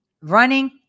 running